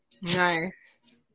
Nice